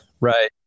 right